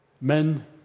Men